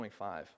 25